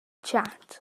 chat